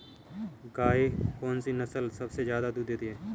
गाय की कौनसी नस्ल सबसे ज्यादा दूध देती है?